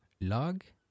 Lag